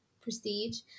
prestige